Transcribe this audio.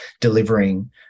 delivering